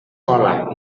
vola